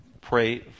pray